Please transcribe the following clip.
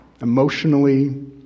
emotionally